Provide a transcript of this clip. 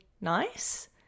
nice